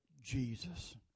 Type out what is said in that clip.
Jesus